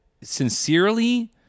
sincerely